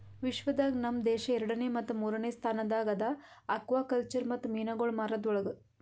ವಿಶ್ವ ದಾಗ್ ನಮ್ ದೇಶ ಎರಡನೇ ಮತ್ತ ಮೂರನೇ ಸ್ಥಾನದಾಗ್ ಅದಾ ಆಕ್ವಾಕಲ್ಚರ್ ಮತ್ತ ಮೀನುಗೊಳ್ ಮಾರದ್ ಒಳಗ್